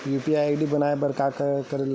UPI ID बनाये बर का करे ल लगही?